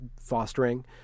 fostering